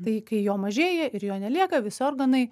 tai kai jo mažėja ir jo nelieka visi organai